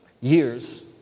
years